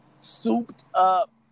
souped-up –